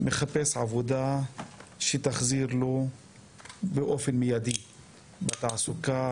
מחפשת עבודה שתחזיר לה באופן מידי בתעסוקה,